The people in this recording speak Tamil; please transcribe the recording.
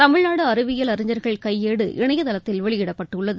தமிழ்நாடு அறிவியல் அறிஞர்கள் கையேடு இணையதளத்தில் வெளியிடப்பட்டுள்ளது